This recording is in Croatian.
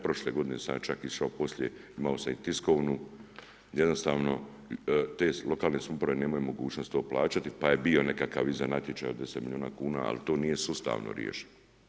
Prošle godine sam ja čak išao poslije, imao sam i tiskovnu gdje jednostavno te lokalne samouprave nemaju mogućnost to plaćati pa je bio nekakav iza natječaj od 10 milijuna kuna, ali to nije sustavno riješeno.